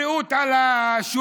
בריאות על השוליים.